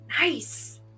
Nice